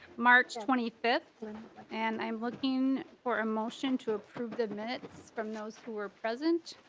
march twenty fifth and i'm looking or a motion to approve the minutes from those who are present.